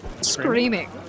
screaming